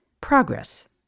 Progress